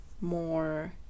more